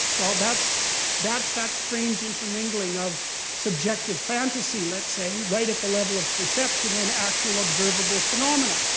well, that's that's that strange intermingling of subjective fantasy, let's say, right at the level of perception, and actual observable phenomena.